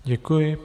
Děkuji.